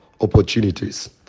opportunities